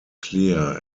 clear